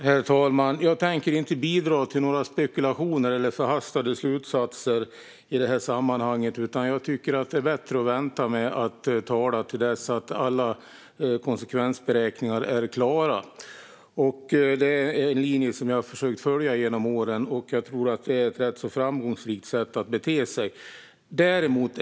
Herr talman! Jag tänker inte bidra till spekulationer eller förhastade slutsatser i detta sammanhang. Jag tycker att det är bättre att vänta med att tala till dess att alla konsekvensberäkningar är klara. Det här är en linje som jag har försökt följa genom åren, och jag tror att det är ett rätt framgångsrikt sätt att bete sig på.